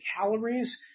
calories